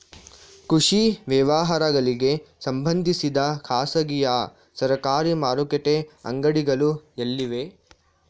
ಕೃಷಿ ವ್ಯವಹಾರಗಳಿಗೆ ಸಂಬಂಧಿಸಿದ ಖಾಸಗಿಯಾ ಸರಕಾರಿ ಮಾರುಕಟ್ಟೆ ಅಂಗಡಿಗಳು ಎಲ್ಲಿವೆ?